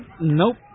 Nope